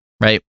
right